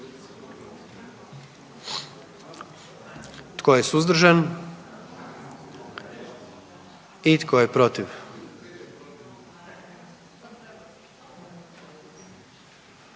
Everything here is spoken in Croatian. Tko je suzdržan? I tko je protiv?